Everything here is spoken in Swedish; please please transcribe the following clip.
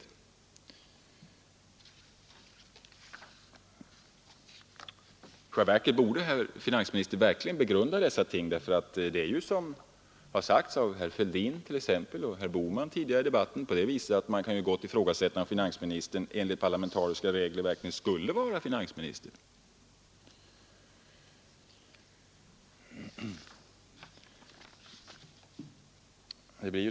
I själva verket borde finansministern verkligen begrunda dessa ting då man, som herr Fälldin och herr Bohman tidigare sagt, kan ifrågasätta om finansministern enligt parlamentariska regler verkligen skulle vara finansminister.